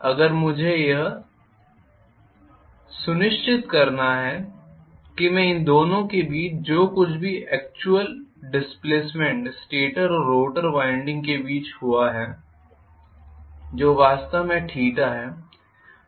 अगर मुझे यह सुनिश्चित करना है कि मैं इन दोनों के बीच कि जो कुछ भी आक्चुयल डिसप्लेसमेंट स्टेटर और रोटर वाइंडिंग के बीच हुआ है जो वास्तव में थीटा है